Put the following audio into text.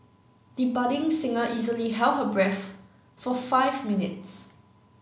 the budding singer easily held her breath for five minutes